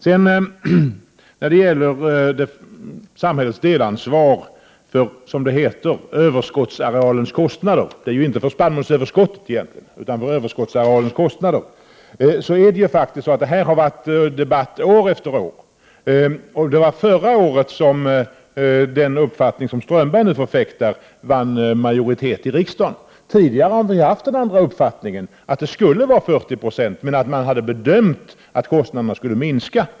När det sedan gäller statens delansvar för, som det heter, överskottsarealens kostnader — det är ju egentligen inte fråga om kostnaderna för spannmålsöverskottet — har det förts en debatt år efter år. Den uppfattning som Strömberg nu förfäktar vann majoritet i riksdagen förra året. Tidigare har vi haft den uppfattningen att statens delansvar skall vara 40 96 men gjort den bedömningen att kostnaderna skulle komma att minska.